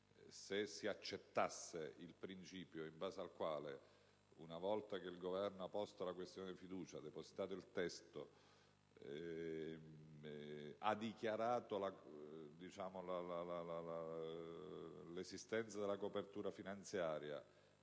si può accettare il principio in base al quale, una volta che il Governo abbia posto la questione di fiducia, depositato il testo e dichiarato l'esistenza della copertura finanziaria,